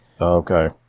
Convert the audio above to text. Okay